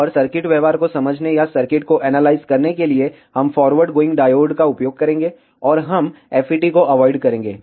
और सर्किट व्यवहार को समझने या सर्किट को एनालाइज करने के लिए हम फॉरवर्ड गोइंग डायोड का उपयोग करेंगे और हम FET को अवॉइड करेंगे